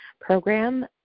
program